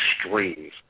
extremes